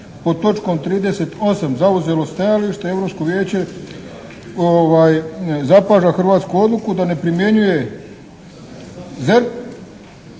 pod točkom 38. zauzelo stajalište, Europsko vijeće zapaža hrvatsku odluku da ne primjenjuje ZERP